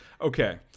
Okay